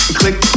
click